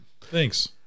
Thanks